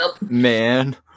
man